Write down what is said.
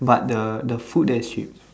but the the food there is cheap